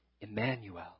Emmanuel